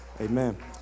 Amen